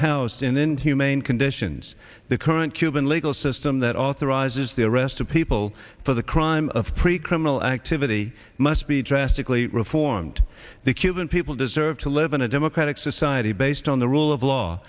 housed in inhumane conditions the current cuban legal system that authorizes the arrest of people for the crime of pre criminal activity must be drastically reformed the cuban people deserve to live in a democratic society based on the rule of law